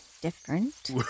different